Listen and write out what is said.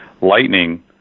lightning